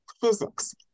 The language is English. physics